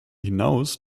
hinaus